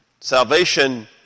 Salvation